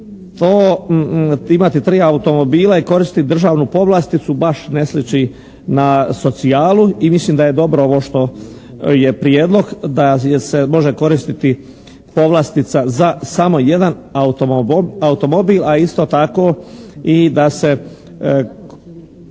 To, imati tri automobila i koristiti državnu povlasticu baš ne sliči na socijalu i mislim da je dobro ovo što je prijedlog da se može koristiti povlastica za samo jedan automobil, a isto tako i da se ne